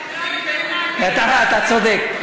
אתה צודק.